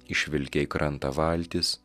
išvilkę į krantą valtis